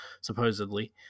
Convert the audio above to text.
supposedly